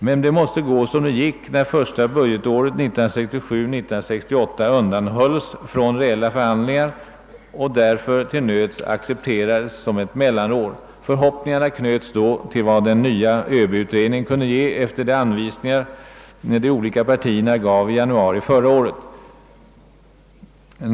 Men det måste gå som det gick när första budgetåret 1967/68 undanhölls från reella förhandlingar och därför till nöds accepterades som ett mellanår. Förhoppningarna knöts då till vad den nya ÖB-utredningen kunde ge efter de anvisningar de olika partierna gav i januari förra året.